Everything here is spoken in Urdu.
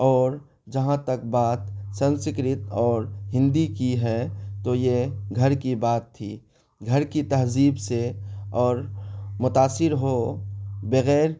اور جہاں تک بات سنسکرت اور ہندی کی ہے تو یہ گھر کی بات تھی گھر کی تہذیب سے اور متاثر ہو بغیر